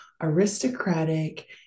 aristocratic